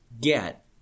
Get